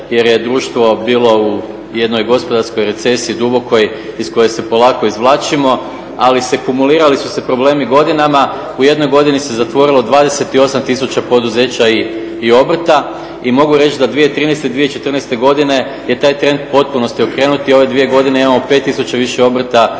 jer je društvo bilo u jednoj gospodarskoj recesiji dubokoj iz koje se polako izvlačimo ali se, kumulirali su se problemi godinama. U jednoj godini se zatvorilo 28 tisuća poduzeća i obrta. I mogu reći da 2013., 2014. godine je taj trend u potpunosti okrenuti i ove dvije godine imo 5 tisuća više obrta